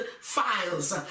files